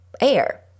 air